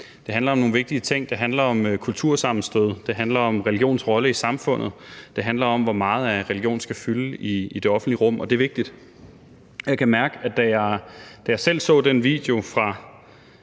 Det handler om nogle vigtige ting. Det handler om kultursammenstød, det handler om religions rolle i samfundet, og det handler om, hvor meget religion skal fylde i det offentlige rum, og det er vigtigt. Jeg kunne mærke, at da jeg selv så den video fra